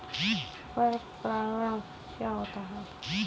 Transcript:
पर परागण क्या होता है?